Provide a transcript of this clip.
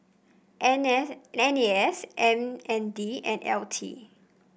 N S N A S M N D and L T